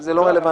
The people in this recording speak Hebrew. זה לא רלוונטי.